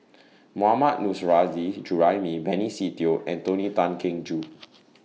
Mohammad Nurrasyid Juraimi Benny Se Teo and Tony Tan Keng Joo